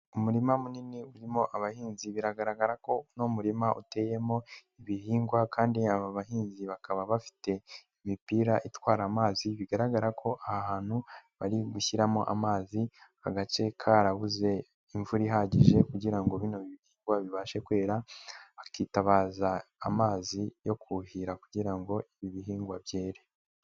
Umurima munini urimo abahinzi biragaragara ko n'umurima uteyemo ibihingwa kandi aba bahinzi bakaba bafite imipira itwara amazi bigaragara ko aha hantu bari gushyiramo amazi agace karabuze imvura ihagije kugirango bino bihingwa bibashe kwera akitabaza amazi yo kuhira kugira ngo ibi bihingwa byere.